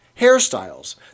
Hairstyles